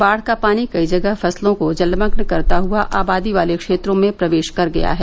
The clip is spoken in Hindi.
बाढ़ का पानी कई जगह फसलों को जलमग्न करता हुआ आबादी वाले क्षेत्रों में प्रवेश कर गया है